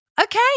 Okay